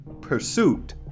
Pursuit